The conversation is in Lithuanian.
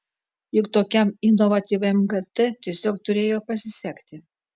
juk tokiam inovatyviam gt tiesiog turėjo pasisekti